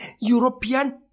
European